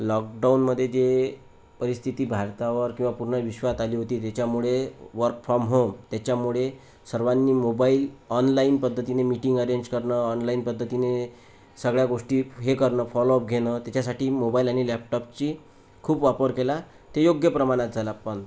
लॉकडाऊनमध्ये जे परिस्थिती भारतावर किंवा पूर्ण विश्वात आली होती ज्याच्यामुळे वर्क फ्रॉम होम त्याच्यामुळे सर्वांनी मोबाईल ऑनलाइन पद्धतीने मीटिंग अरेंज करणं ऑनलाइन पद्धतीने सगळ्या गोष्टी हे करणं फॉलोप घेणं त्याच्यासाठी मोबाईल आणि लॅपटॉपची खूप वापर केला ते योग्य प्रमाणात झाला पण